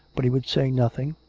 but he would say nothing,